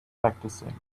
practicing